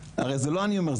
הרי זה לא אני אומר,